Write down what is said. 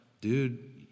dude